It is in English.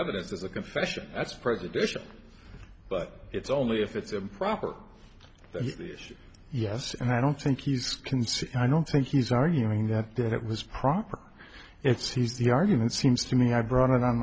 evidence is a confession that's prejudicial but it's only if it's improper yes and i don't think he's can see i don't think he's arguing that that was proper it's he's the argument seems to me i brought it on